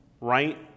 right